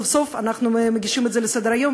סוף-סוף אנחנו מגישים את זה לסדר-היום,